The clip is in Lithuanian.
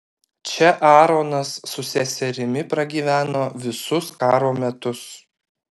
čia aaronas su seserimi pragyveno visus karo metus